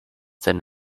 then